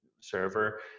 server